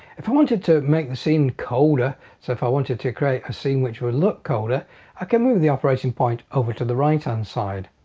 if i wanted to make the scene colder so if i wanted to create a scene which would look colder i can move the operating point over to the right hand side.